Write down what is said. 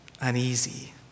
uneasy